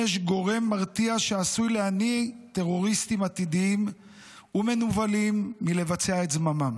גורם מרתיע שעשוי להניא טרוריסטים עתידיים ומנוולים מלבצע את זממם.